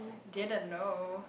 didn't know